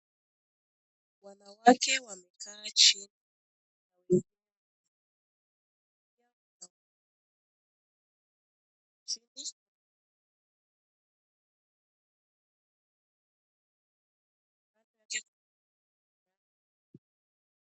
Wanawake wamekaa chini na wanawake wawili wana panga. Wako chini. Mmoja wao ana kisu.